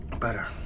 Better